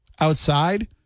outside